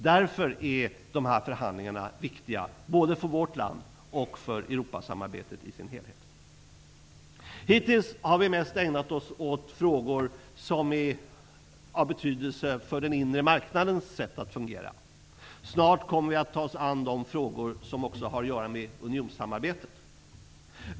Därför är dessa förhandlingar viktiga både för vårt land och för Hittills har vi mest ägnat oss åt frågor som är av betydelse för den inre marknadens sätt att fungera. Snart kommer vi att ta oss an de frågor som också har att göra med unionssamarbetet.